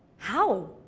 how?